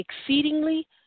exceedingly